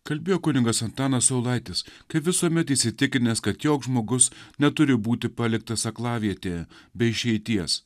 kalbėjo kunigas antanas saulaitis kaip visuomet įsitikinęs kad joks žmogus neturi būti paliktas aklavietė be išeities